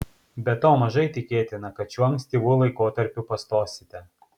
be to mažai tikėtina kad šiuo ankstyvu laikotarpiu pastosite